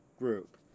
group